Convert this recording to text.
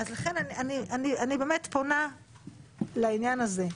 לכן, אני באמת פונה לעניין הזה,